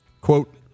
Quote